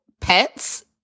pets